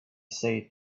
said